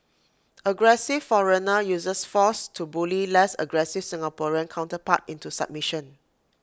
aggressive foreigner uses force to bully less aggressive Singaporean counterpart into submission